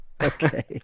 Okay